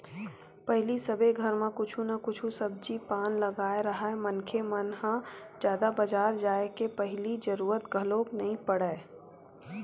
पहिली सबे घर म कुछु न कुछु सब्जी पान लगाए राहय मनखे मन ह जादा बजार जाय के पहिली जरुरत घलोक नइ पड़य